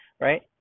right